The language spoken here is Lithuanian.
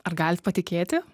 ar galit patikėti